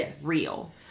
real